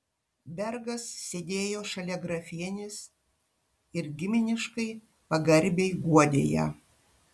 bergas sėdėjo šalia grafienės ir giminiškai pagarbiai guodė ją